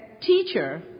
teacher